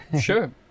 sure